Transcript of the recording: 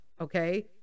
okay